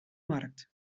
markt